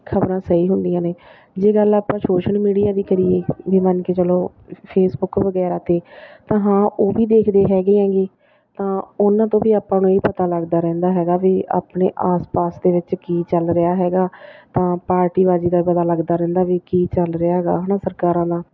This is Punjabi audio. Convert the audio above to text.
ਖ਼ਬਰਾਂ ਸਹੀ ਹੁੰਦੀਆਂ ਨੇ ਜੇ ਗੱਲ ਆਪਾਂ ਸੋਸ਼ਲ ਮੀਡੀਆ ਦੀ ਕਰੀਏ ਵੀ ਮੰਨ ਕੇ ਚੱਲੋ ਫੇਸਬੁਕ ਵਗੈਰਾ 'ਤੇ ਤਾਂ ਹਾਂ ਉਹ ਵੀ ਦੇਖਦੇ ਹੈਗੇ ਐਗੇ ਤਾਂ ਉਹਨਾਂ ਤੋਂ ਵੀ ਆਪਾਂ ਨੂੰ ਇਹ ਪਤਾ ਲੱਗਦਾ ਰਹਿੰਦਾ ਹੈਗਾ ਵੀ ਆਪਣੇ ਆਸ ਪਾਸ ਦੇ ਵਿੱਚ ਕੀ ਚੱਲ ਰਿਹਾ ਹੈਗਾ ਤਾਂ ਪਾਰਟੀਬਾਜ਼ੀ ਦਾ ਪਤਾ ਲੱਗਦਾ ਰਹਿੰਦਾ ਵੀ ਕੀ ਚੱਲ ਰਿਹਾ ਗਾ ਹੈ ਨਾ ਸਰਕਾਰਾਂ ਦਾ